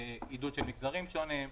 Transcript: עידוד של מגזרים שונים ,